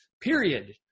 period